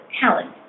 talent